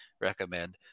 recommend